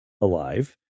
alive